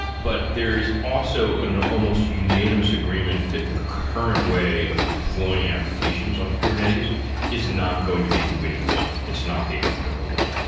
but there is also an almost unanimous agreement that the current way of deploying applications onto kubernetes is not going to be the winning one. it's not the optimal one.